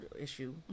Issue